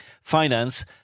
finance